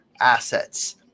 assets